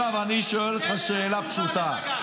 עכשיו אני שואל אותך שאלה פשוטה.